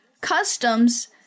customs